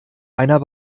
einer